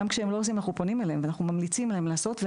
גם כשהם לא עושים אנחנו פונים אליהם ואנחנו ממליצים להם לעשות,